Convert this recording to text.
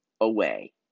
away